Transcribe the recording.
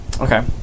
Okay